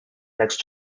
next